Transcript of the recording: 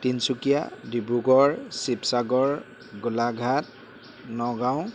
Tinsukia Dibrugarh Sivasagar Golaghat Nagaon